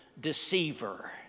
deceiver